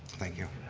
thank you.